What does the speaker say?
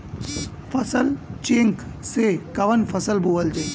फसल चेकं से कवन फसल बोवल जाई?